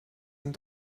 and